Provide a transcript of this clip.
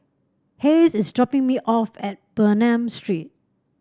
Hayes is dropping me off at Bernam Street